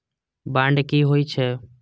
Bond की होई छै?